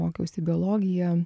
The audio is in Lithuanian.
mokiausi biologiją